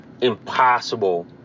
impossible